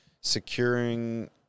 Securing